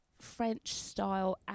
French-style